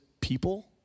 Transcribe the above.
people